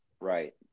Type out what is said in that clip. Right